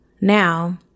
Now